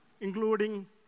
including